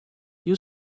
you